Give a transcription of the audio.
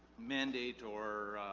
mandate or